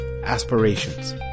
aspirations